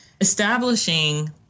establishing